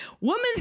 Woman